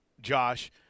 Josh –